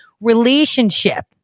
relationship